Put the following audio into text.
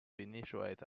initiate